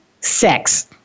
sex